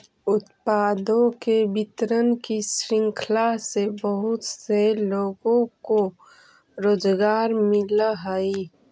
उत्पादों के वितरण की श्रृंखला से बहुत से लोगों को रोजगार मिलअ हई